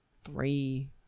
three